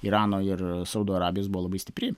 irano ir saudo arabijos buvo labai stipri